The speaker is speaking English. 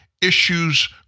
issues